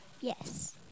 Yes